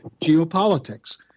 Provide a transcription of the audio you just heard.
geopolitics